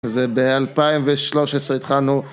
זה ב-2013 התחלנו